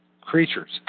creatures